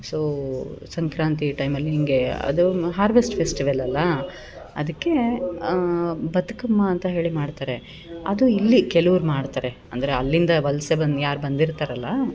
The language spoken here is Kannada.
ಸೋ ಸಂಕ್ರಾಂತಿ ಟೈಮಲ್ಲಿ ಹಿಂಗೆ ಅದು ಮ ಹಾರ್ವೆಸ್ಟ್ ಫೆಸ್ಟಿವಲ್ ಅಲ್ಲಾ ಅದಕ್ಕೇ ಬದ್ಕು ಮಾ ಅಂತ ಹೇಳಿ ಮಾಡ್ತಾರೆ ಅದು ಇಲ್ಲಿ ಕೆಲವ್ರ್ ಮಾಡ್ತಾರೆ ಅಂದರೆ ಅಲ್ಲಿಂದ ವಲಸೆ ಬಂದು ಯಾರು ಬಂದಿರ್ತಾರೆ ಅಲ್ಲಾ